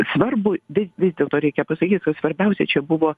svarbu bet vis dėlto reikia pasakyti kad svarbiausia čia buvo